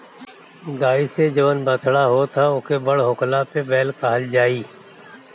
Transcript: गाई से जवन बछड़ा होत ह ओके बड़ होखला पे बैल कहल जाई